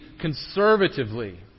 conservatively